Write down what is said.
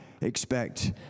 expect